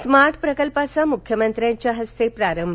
smart प्रकल्पाचा मुख्य मंत्र्यांच्या हस्ते प्रारंभ